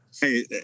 Hey